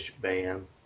band